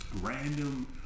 random